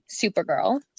supergirl